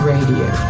Radio